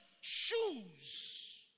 shoes